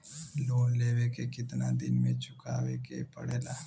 Loan लेवे के कितना दिन मे चुकावे के पड़ेला?